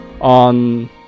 on